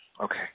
Okay